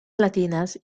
latinas